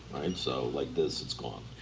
so like this, it's gone.